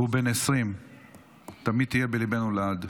והוא בן 20. תמיד תהיה בליבנו, לעד.